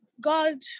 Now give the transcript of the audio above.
God